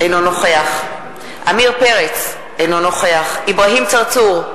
אינו נוכח עמיר פרץ, אינו נוכח אברהים צרצור,